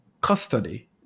Custody